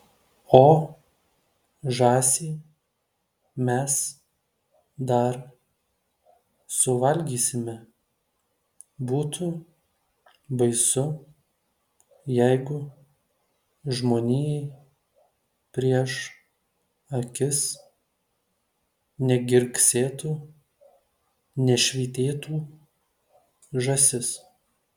o žąsį mes dar suvalgysime būtų baisu jeigu žmonijai prieš akis negirgsėtų nešvytėtų žąsis